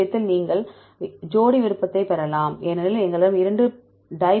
இந்த விஷயத்தில் நீங்கள் ஜோடி விருப்பத்தை பெறலாம் ஏனெனில் எங்களிடம் 2 டைபெப்டைடுகள் இருந்தன